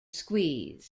squeeze